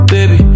Baby